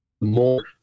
more